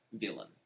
villain